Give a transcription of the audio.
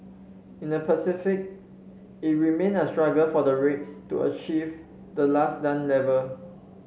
in the Pacific it remained a struggle for the rates to achieve the last done level